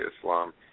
Islam